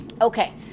Okay